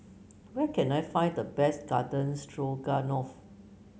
where can I find the best Garden Stroganoff